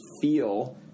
feel